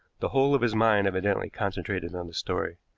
the whole of his mind evidently concentrated on the story.